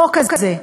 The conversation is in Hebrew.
החוק הזה,